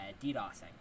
ddosing